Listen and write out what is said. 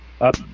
up